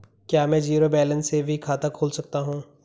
क्या में zero balance से भी खाता खोल सकता हूँ?